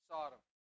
Sodom